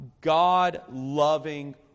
God-loving